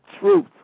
truth